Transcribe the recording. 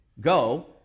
go